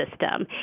system